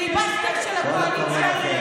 פיליבסטר של הקואליציה.